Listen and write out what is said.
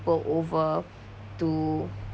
people over to